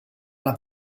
alla